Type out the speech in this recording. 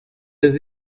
his